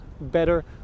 better